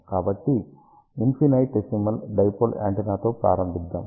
కాబట్టి infinitesimal dipole యాంటెన్నాతో ప్రారంభిద్దాం